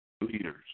leaders